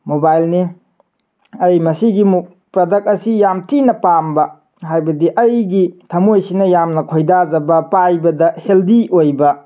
ꯃꯣꯕꯥꯏꯜꯅꯤ ꯑꯩ ꯃꯁꯤꯒꯤꯃꯨꯛ ꯄ꯭ꯔꯗꯛ ꯑꯁꯤ ꯌꯥꯝ ꯊꯤꯅ ꯄꯥꯝꯕ ꯍꯥꯏꯕꯗꯤ ꯑꯩꯒꯤ ꯊꯃꯣꯏꯁꯤꯅ ꯌꯥꯝꯅ ꯈꯣꯏꯗꯥꯖꯕ ꯄꯥꯏꯕꯗ ꯍꯦꯜꯗꯤ ꯑꯣꯏꯕ